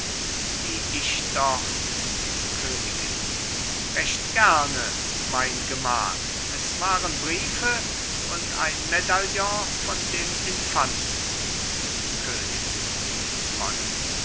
die ich doch königin recht gerne mein gemahl es waren briefe und ein medaillon von dem infanten könig von